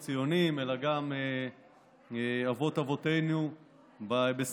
אז לא רק אבות אבותינו הציונים אלא גם אבות